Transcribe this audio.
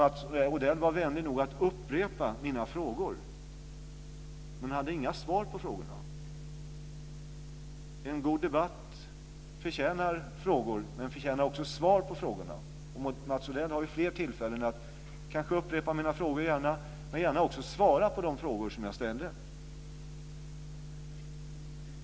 Mats Odell var vänlig nog att upprepa mina frågor men hade inga svar på frågorna. Mats Odell har ju fler tillfällen att kanske upprepa mina frågor men också att svara på de frågor som jag ställde.